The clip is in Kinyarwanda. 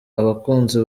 abakunzi